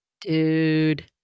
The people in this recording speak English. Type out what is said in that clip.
Dude